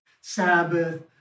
Sabbath